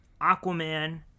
Aquaman